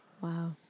wow